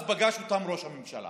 אז פגש אותם ראש הממשלה